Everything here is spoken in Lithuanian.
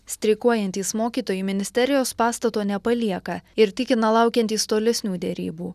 streikuojantys mokytojai ministerijos pastato nepalieka ir tikina laukiantys tolesnių derybų